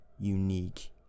unique